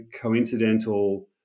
coincidental